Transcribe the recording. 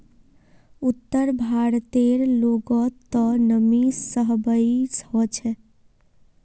उत्तर भारतेर लोगक त नमी सहबइ ह छेक